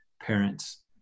parents